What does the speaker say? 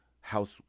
House